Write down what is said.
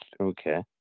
Okay